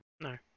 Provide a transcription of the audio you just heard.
No